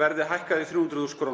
verði hækkað í 300.000 kr.